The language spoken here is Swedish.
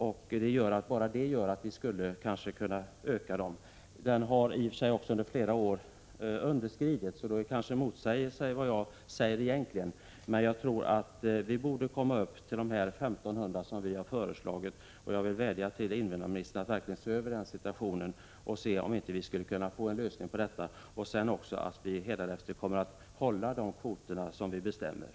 Bara det förhållandet gör att vi borde kunna öka kvoten. Kvoterna har också i flera år underskridits, något som kanske egentligen talar emot vårt förslag. Men jag tror att vi borde komma upp till den kvot på 1500 som vi föreslagit. Jag vädjar till invandrarministern att verkligen se över denna situation och undersöka om vi inte kan åstadkomma en lösning. Dessutom bör vi hädanefter hålla de kvoter som vi beslutar.